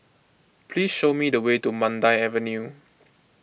please show me the way to Mandai Avenue